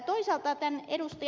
toisaalta ed